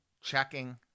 checking